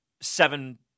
seven